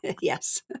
Yes